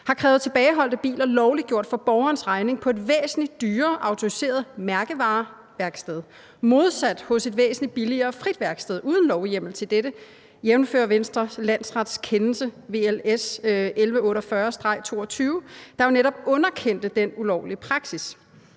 har krævet tilbageholdte biler lovliggjort for borgerens regning på et væsentlig dyrere autoriseret mærkevareværksted modsat på et væsentlig billigere fritvalgsværksted uden lovhjemmel til dette, jævnfør Vestre Landsrets kendelse V.L. S-148-22, der jo netop underkendte den ulovlige praksis?